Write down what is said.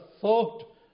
thought